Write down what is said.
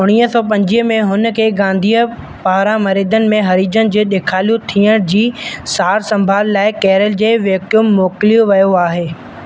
उणिवीह सौ पंजीवीह में हुनखे गांधीअ पारां मरीदन में हरिजन जे ॾेखालू थियण जी सारु संभाल लाइ केरल जे वैक्यूम मोकलियो वयो आहे